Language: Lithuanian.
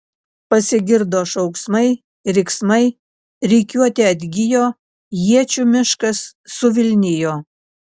pasigirdo šauksmai riksmai rikiuotė atgijo iečių miškas suvilnijo